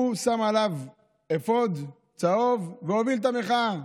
הוא שם עליו אפוד צהוב והוביל את המחאה,